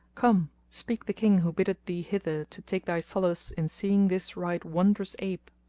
come, speak the king who biddeth thee hither to take thy solace in seeing this right wondrous ape!